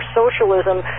socialism